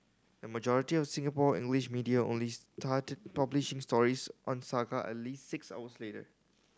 the majority of Singapore media only started publishing stories on saga at least six hours later